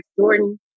Jordan